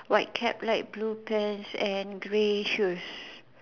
white cap light blue pants and grey shoes